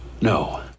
No